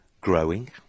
growing